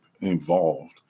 involved